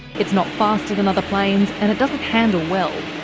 it's not faster than other planes, and it doesn't handle well.